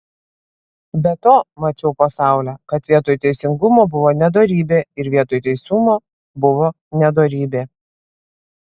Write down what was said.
be to mačiau po saule kad vietoj teisingumo buvo nedorybė ir vietoj teisumo buvo nedorybė